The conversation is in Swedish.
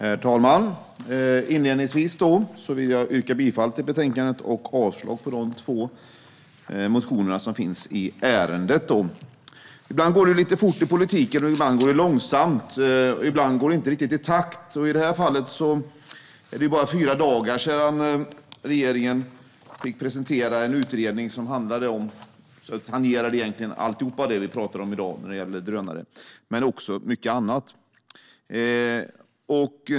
Herr talman! Inledningsvis vill jag yrka bifall till förslaget i betänkandet och avslag på de två reservationerna i ärendet. Ibland går det lite fort i politiken, ibland går det långsamt och ibland går den inte riktigt i takt. I det här fallet är det bara fyra dagar sedan regeringen presenterade en utredning som egentligen tangerar allt det som vi pratar om i dag när det gäller drönare men också mycket annat.